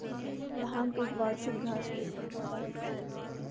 भांग एक वार्षिक घास रुपी पौधा होता है